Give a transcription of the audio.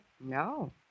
No